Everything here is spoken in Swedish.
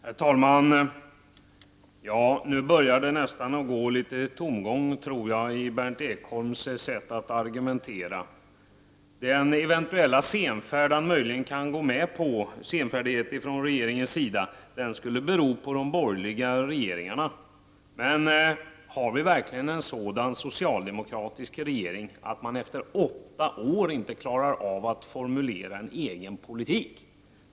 Herr talman! Nu börjar det nästan gå litet tomgång i Berndt Ekholms sätt att argumentera. Den eventuella senfärdigheten han möjligen kan gå med på från regeringens sida skulle bero på de borgerliga regeringarna. Men har vi verkligen en sådan socialdemokratisk regeringen att man efter åtta år inte klarar av att formulera en egen politik?